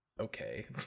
okay